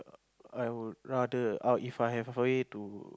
I would rather oh If I have a way to